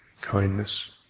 kindness